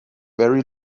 very